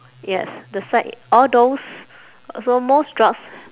yes the side all those so most drugs